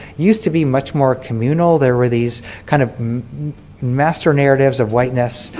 used to be much more communal. there were these kind of master narratives of whiteness.